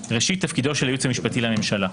ראשית, תפקידו של הייעוץ המשפטי הממשלתי